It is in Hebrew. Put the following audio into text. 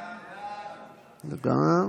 סעיף 2 נתקבל.